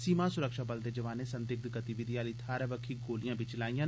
सीमा सुरक्षा बल दे जवानें संदिग्ध गतिविधि आह्ली थाह्रै बक्खी गोलियां बी चलाईआं